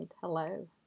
hello